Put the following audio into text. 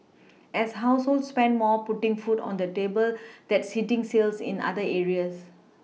as households spend more putting food on the table that's hitting sales in other areas